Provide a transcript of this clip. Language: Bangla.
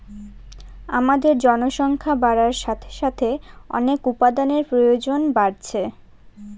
আমাদের জনসংখ্যা বাড়ার সাথে সাথে অনেক উপাদানের প্রয়োজন বাড়ছে